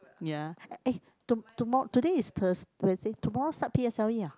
ya eh to~ tomo~ today is Thurs~ Thursday tomorrow start p_s_l_e ah